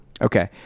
Okay